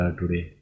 today